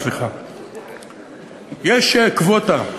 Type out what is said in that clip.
יש קווטה,